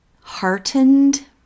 heartened